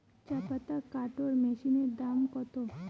চাপাতা কাটর মেশিনের দাম কত?